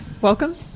Welcome